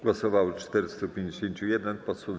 Głosowało 451 posłów.